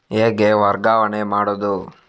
ಹೇಗೆ ವರ್ಗಾವಣೆ ಮಾಡುದು?